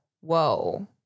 Whoa